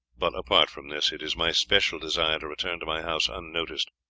but, apart from this, it is my special desire to return to my house unnoticed.